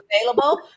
available